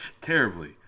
Terribly